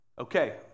Okay